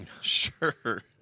Sure